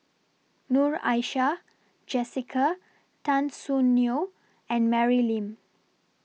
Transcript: Noor Aishah Jessica Tan Soon Neo and Mary Lim